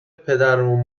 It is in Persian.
پدرو